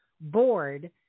board